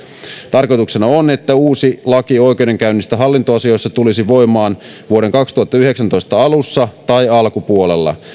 tarkoituksena on että uusi laki oikeudenkäynnistä hallintoasioissa tulisi voimaan vuoden kaksituhattayhdeksäntoista alussa tai alkupuolella